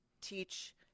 teach